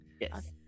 Yes